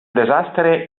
desastre